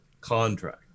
contract